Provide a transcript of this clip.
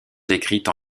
écrites